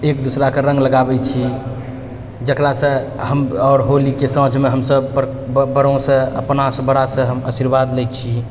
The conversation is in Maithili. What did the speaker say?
एकदोसराके रङ्ग लगाबै छी जकरासँ हम आओर होलीके साँझमे हमसभ बड़ बड़ों सँ अपनासँ बड़ासँ हम आशीर्वाद लै छी